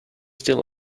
still